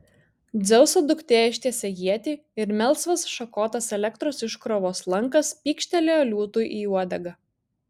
dzeuso duktė ištiesė ietį ir melsvas šakotas elektros iškrovos lankas pykštelėjo liūtui į uodegą